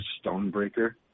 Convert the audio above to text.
stonebreaker